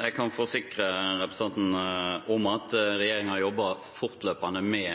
Jeg kan forsikre representanten om at regjeringen har jobbet fortløpende med